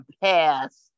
past